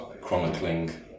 chronicling